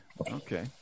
okay